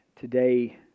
today